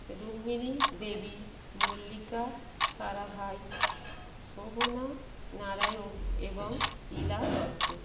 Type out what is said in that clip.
রুক্মিণী দেবী মল্লিকা সারাভাই শোভনা নারায়ণ এবং ইলা দত্ত